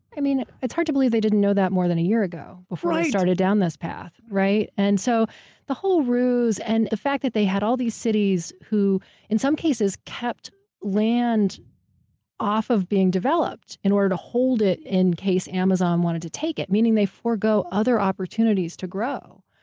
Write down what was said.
i mean, it's hard to believe they didn't know that more than a year ago before they started down this path, right. and so the whole rouse, and the fact that they had all these cities, who in some cases, kept land off of being developed, in order to hold it in case amazon wanted to take it. meaning, they forego other opportunities to grow.